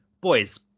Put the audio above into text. boys